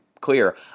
clear